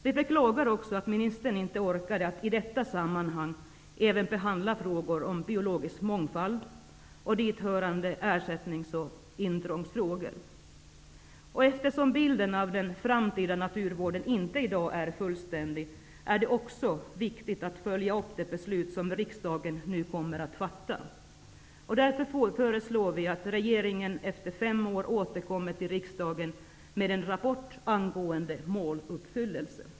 Vi beklagar också att ministern inte orkade att i detta sammanhang även behandla frågor om biologisk mångfald och dithörande ersättnings och intrångsfrågor. Eftersom bilden av den framtida naturvården inte i dag är fullständig, är det också viktigt att man följer upp de beslut som riksdagen nu kommer att fatta. Vi föreslår därför att regeringen efter fem år återkommer till riksdagen med en rapport angående måluppfyllelse.